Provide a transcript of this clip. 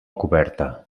coberta